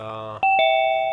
בוקר טוב.